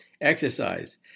Exercise